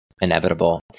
inevitable